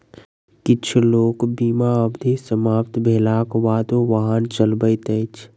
किछ लोक बीमा अवधि समाप्त भेलाक बादो वाहन चलबैत अछि